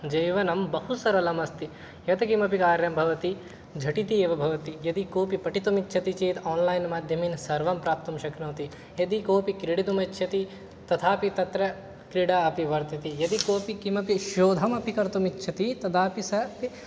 जीवनं बहु सरलम् अस्ति यत्किमपि कार्यं भवति झटिति एव भवति यदि कोऽपि पठितुम् इच्छति चेत् आन्लैन् माध्यमेन सर्वं प्राप्तुं शक्नोति यदि कोऽपि क्रीडितुम् इच्छति तथापि तत्र क्रीडा अपि वर्तते यदि कोऽपि किमपि शोधमपि कर्तुम् इच्छति तदापि सः